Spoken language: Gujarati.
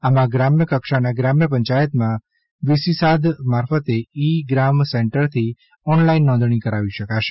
આમાં ગ્રામકક્ષાનાં ગ્રામ પંચાયતમાં વીસીસાદ મારફતે ઈ ગ્રામ સેન્ટરથી ઓનલાઈન નોંધણી કરાવી શકાશે